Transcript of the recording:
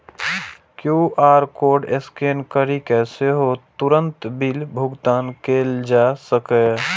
QR code scan करि कें सेहो तुरंत बिल भुगतान कैल जा सकैए